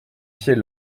pied